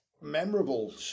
memorable